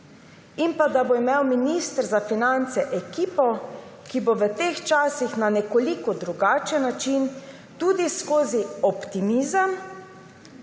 In da bo imel minister za finance ekipo, ki bo v teh časih na nekoliko drugačen način, tudi skozi optimizem